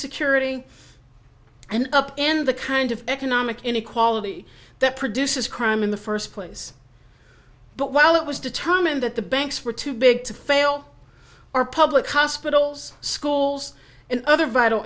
insecurity and up and the kind of economic inequality that produces crime in the first place but while it was determined that the banks were too big to fail or public hospitals schools and other vital